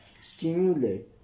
stimulate